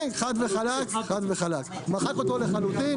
כן, חד וחלק, מחק אותו לחלוטין.